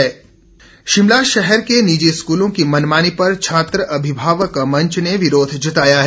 विरोध शिमला शहर के निजी स्कूलों की मनमानी पर छात्र अभिभावक मंच ने विरोध जताया है